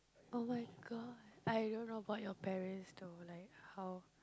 oh-my-god I don't know about your parents though like how